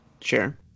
Sure